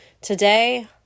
Today